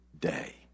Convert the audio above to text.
day